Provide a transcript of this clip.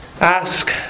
ask